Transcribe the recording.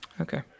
okay